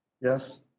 Yes